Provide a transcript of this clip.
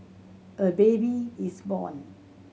a baby is born